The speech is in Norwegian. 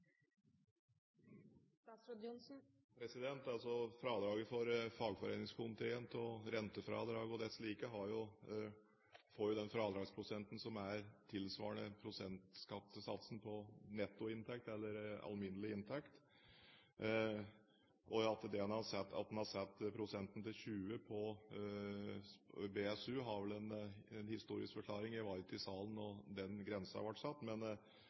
og desslike får jo den fradragsprosenten som er tilsvarende prosentskattesatsen på nettoinntekt eller alminnelig inntekt. At en har satt prosenten til 20 på BSU, har vel en historisk forklaring. Jeg var ikke i salen da den grensen ble satt, men